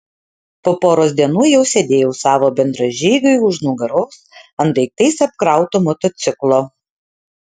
po poros dienų jau sėdėjau savo bendražygiui už nugaros ant daiktais apkrauto motociklo